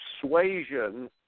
persuasion